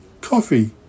Coffee